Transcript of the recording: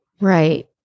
right